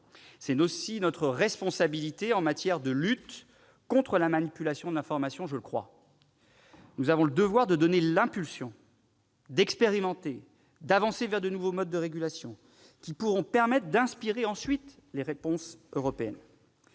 le crois, notre responsabilité en matière de lutte contre la manipulation de l'information. Nous avons le devoir de donner l'impulsion, d'expérimenter, d'avancer vers de nouveaux modes de régulation qui pourront permettre d'inspirer ensuite les réponses européennes.